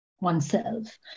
oneself